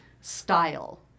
style